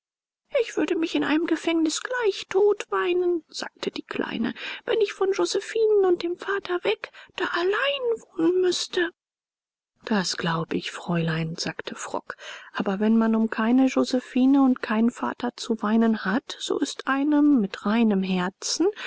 ich würde mich in einem gefängnis gleich tot weinen sagte die kleine wenn ich von josephinen und dem vater weg da allein wohnen müßte das glaub ich fräulein sagte frock aber wenn man um keine josephine und keinen vater zu weinen hat so ist einem mit reinem herzen